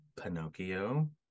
Pinocchio